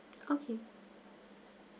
okay